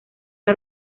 una